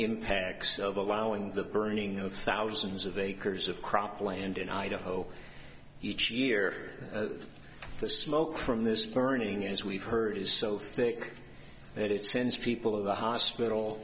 impacts of allowing the burning of thousands of acres of cropland in idaho each year the smoke from this burning as we've heard is so thick that it sends people the hospital